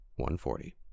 140